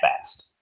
fast